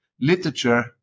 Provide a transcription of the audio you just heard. literature